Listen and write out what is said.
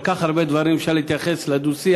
כל כך הרבה דברים, אפשר להתייחס לדו-שיח,